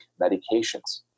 medications